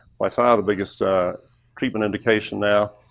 by far the biggest ah treatment indication now.